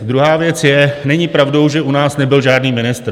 Druhá věc je není pravdou, že u nás nebyl žádný ministr.